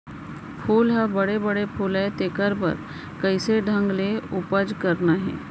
फूल ह बड़े बड़े फुलय तेकर बर कइसे ढंग ले उपज करना हे